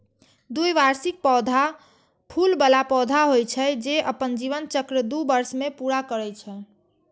द्विवार्षिक पौधा फूल बला पौधा होइ छै, जे अपन जीवन चक्र दू वर्ष मे पूरा करै छै